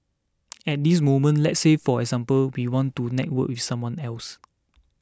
at this moment let's say for example we want to network with someone else